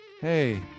Hey